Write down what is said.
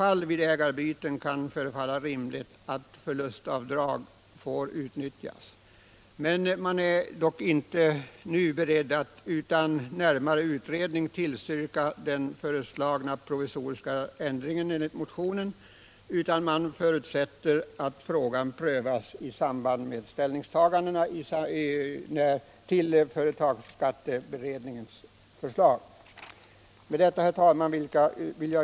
Men den företagsekonomiska bedömningen borde helt naturligt inte få ligga till grund för beslut om huruvida man skall upprätthålla produktionen. Det måste ju vara en samhällscekonomisk bedömning, ett behov hos människorna, vilken skall vara styrande och inte en privat spekulation.